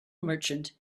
merchant